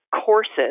courses